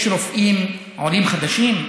יש רופאים עולים חדשים,